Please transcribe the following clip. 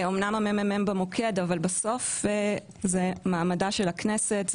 אמנם המ.מ.מ במוקד אבל בסוף זה מעמדה של הכנסת,